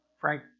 Frank